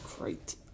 Great